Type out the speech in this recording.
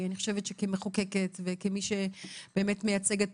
אני חושבת שכמחוקקת וכמי שבאמת מייצגת